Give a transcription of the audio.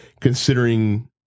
considering